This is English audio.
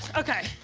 okay,